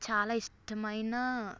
చాలా ఇష్టమైన